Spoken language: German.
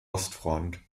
ostfront